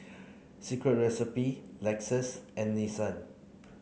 Secret Recipe Lexus and Nissan